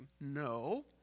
no